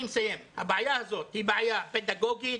הבעיה הזאת היא בעיה פדגוגית,